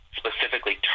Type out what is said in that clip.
specifically